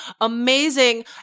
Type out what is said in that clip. amazing